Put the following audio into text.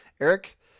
eric